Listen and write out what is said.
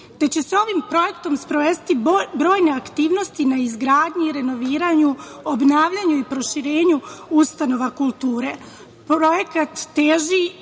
te će se ovim projektom sprovesti brojne aktivnosti na izgradnji i renoviranju, obnavljanju i proširenju ustanova kulture.